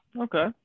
Okay